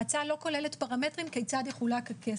ההצעה לא כוללת פרמטרים כיצד יחולק הכסף.